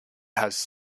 has